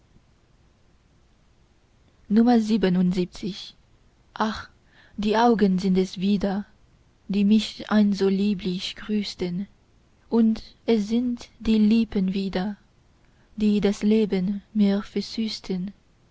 ach die augen sind es wieder die mich einst so lieblich grüßten und es sind die lippen wieder die das leben mir